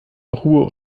ruhe